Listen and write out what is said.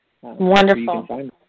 Wonderful